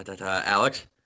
Alex